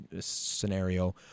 scenario